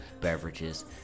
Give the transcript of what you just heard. beverages